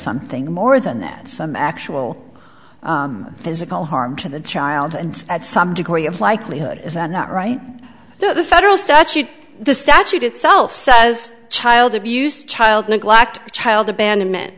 something more than that some actual physical harm to the child and at some degree of likelihood is that not right the federal statute the statute itself says child abuse child neglect child abandonment